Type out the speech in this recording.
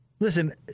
Listen